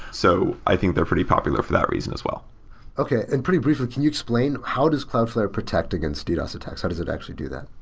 so i think they're pretty popular for that reason as well okay. and pretty briefly, can you explain how does cloudflare protect against ddos attacks. how does it actually do that?